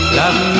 love